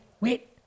wait